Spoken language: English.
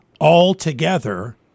altogether